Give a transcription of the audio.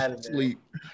sleep